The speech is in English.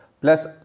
Plus